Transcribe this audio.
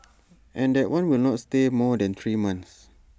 and that one will not stay more than three months